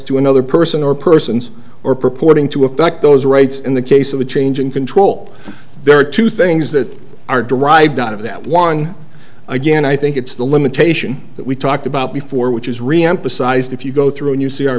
to another person or persons or purporting to affect those rights in the case of a change in control there are two things that are derived out of that one again i think it's the limitation that we talked about before which is reemphasized if you go through and you see our